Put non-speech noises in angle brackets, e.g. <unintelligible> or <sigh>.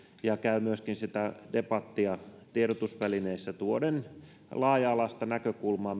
ja käy myöskin debattia tiedotusvälineissä tuoden laaja alaista näkökulmaa <unintelligible>